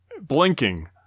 Blinking